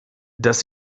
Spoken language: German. dass